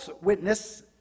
witness